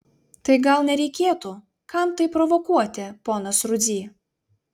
tai gal nereikėtų kam tai provokuoti ponas rudzy